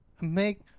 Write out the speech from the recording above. Make